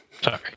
Sorry